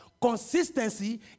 consistency